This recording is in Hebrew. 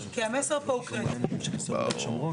היינו בדיון עם השר רק